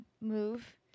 move